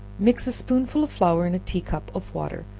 mix a spoonful of flour in a tea-cup of water,